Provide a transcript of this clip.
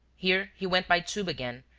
here he went by tube again,